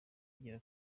igera